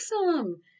awesome